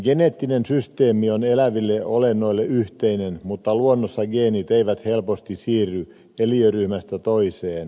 geneettinen systeemi on eläville olennoille yhteinen mutta luonnossa geenit eivät helposti siirry eliöryhmästä toiseen